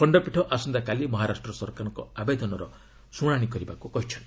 ଖଣ୍ଡପୀଠ ଆସନ୍ତାକାଲି ମହାରାଷ୍ଟ୍ର ସରକାରଙ୍କ ଆବେଦନର ଶୁଣାଣି କରିବାକୁ କହିଛନ୍ତି